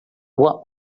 what